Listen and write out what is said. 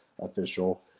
official